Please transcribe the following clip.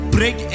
Break